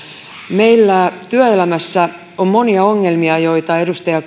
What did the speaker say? meillä työelämässä on monia ongelmia joita edustaja